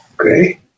okay